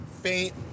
faint